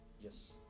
Yes